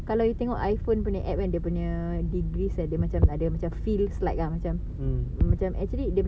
kalau you tengok iphone punya app kan dia punya degrees ada macam ada macam feels like ah macam macam actually